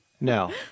No